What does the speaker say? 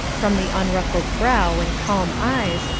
from the unruffled brow and calm eyes,